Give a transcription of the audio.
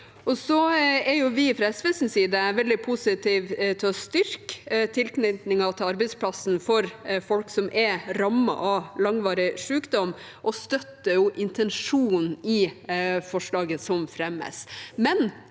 Så er vi fra SVs side veldig positive til å styrke tilknytningen til arbeidsplassen for folk som er rammet av langvarig sykdom, og vi støtter intensjonen i forslaget som fremmes.